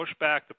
pushback